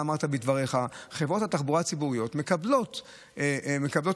אתה אמרת בדבריך: חברות התחבורה הציבוריות מקבלות תמלוגים,